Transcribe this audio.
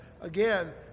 again